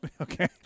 Okay